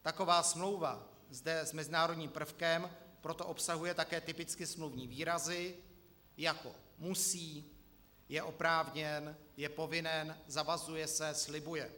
Taková smlouva, zde s mezinárodním prvkem, proto obsahuje také typicky smluvní výrazy, jako musí, je oprávněn, je povinen, zavazuje se, slibuje.